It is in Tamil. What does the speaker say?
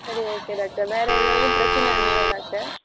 சரி ஓகே டாக்டர் வேறு எதாவது பிரச்சின இல்லயில்ல டாக்டர்